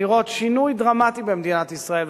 לראות שינוי דרמטי במדינת ישראל.